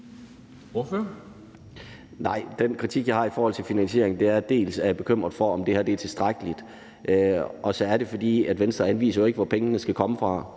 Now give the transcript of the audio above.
den kritik, jeg har i forhold til finansieringen, handler om, at jeg er bekymret for, om det her er tilstrækkeligt, og så er det, fordi Venstre jo ikke anviser, hvor pengene skal komme fra.